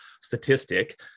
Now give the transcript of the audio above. statistic